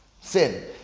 sin